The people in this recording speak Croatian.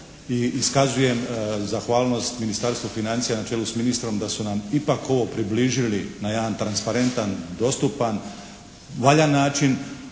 i iskazujem zahvalnost Ministarstvu financija na čelu s ministrom da su nam ovo ipak približili na jedan transparentan, dostupan, valjan način